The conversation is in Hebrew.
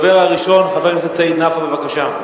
הדובר הראשון, חבר הכנסת סעיד נפאע, בבקשה.